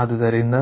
ಆದ್ದರಿಂದ